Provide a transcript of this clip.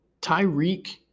Tyreek